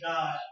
God